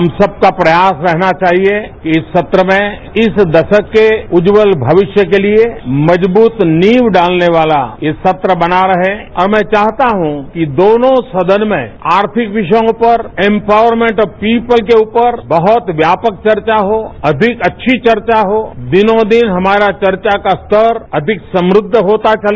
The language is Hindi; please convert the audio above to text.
हम सबका प्रयास रहना चाहिए कि इस सत्र में इस दशक के उज्जवल भविष्य के लिए मजबूत नींव डालने वाला यह सत्र बना रहे और मैं चाहता हूं कि दोनों सदन में आर्थिक विषयों पर एम्पावरमेंट ऑफ पीपुल के ऊपर बहुत व्यापक चर्चा हो अधिक अच्छी चर्चा हो दिनों दिन हमारा चर्चा का स्तर अधिक समृद्ध होता चले